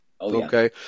Okay